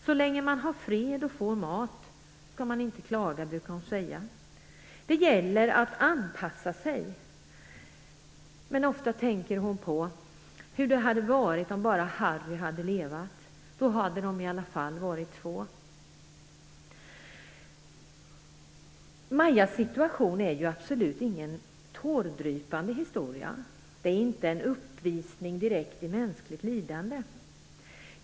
Så länge man har fred och får mat skall man inte klaga, brukar hon säga. Det gäller att anpassa sig. Men ofta tänker hon på hur det hade varit om bara Harry hade levat. Då hade de i alla fall varit två. Majas situation är ju absolut ingen tårdrypande historia. Det är inte direkt en uppvisning i mänskligt lidande.